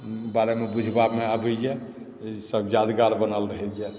बारेमे बुझबामे आबैए ईसभ यादगार बनल रहैए